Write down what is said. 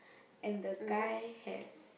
and the guy has